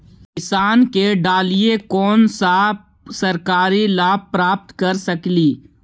किसान के डालीय कोन सा सरकरी लाभ प्राप्त कर सकली?